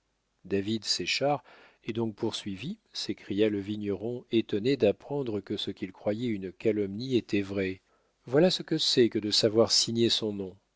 david séchard est donc poursuivi s'écria le vigneron étonné d'apprendre que ce qu'il croyait une calomnie était vrai voilà ce que c'est que de savoir signer son nom